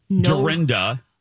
Dorinda